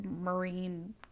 Marine –